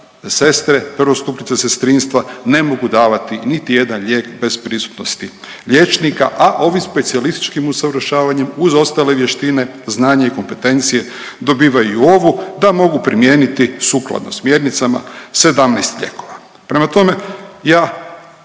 sestre, prvostupnice sestrinstva ne mogu davati niti jedan lijek bez prisutnosti liječnika, a ovim specijalističkim usavršavanjem uz ostale vještine, znanje i kompetencije dobivaju i ovu da mogu primijeniti sukladno smjernicama 17 lijekova. Prema tome ja